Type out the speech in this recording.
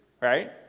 right